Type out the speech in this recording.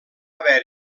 haver